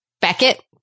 Beckett